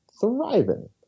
thriving